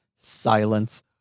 Silence